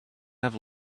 have